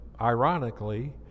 ironically